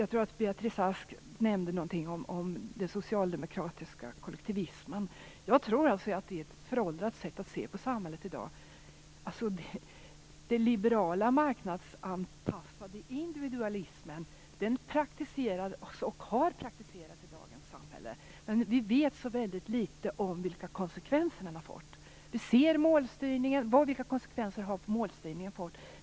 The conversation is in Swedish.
Jag tror att Beatrice Ask nämnde något om den socialdemokratiska kollektivismen. Det är, tror jag, ett föråldrat sätt att se på dagens samhälle. Den liberala, marknadsanpassade individualismen praktiseras, och har praktiserats, i dagens samhälle men vi vet väldigt litet om vilka konsekvenser den har fått. Vi ser målstyrnigen. Vilka konsekvenser har den fått?